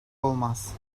olmaz